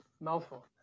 mouthful